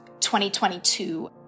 2022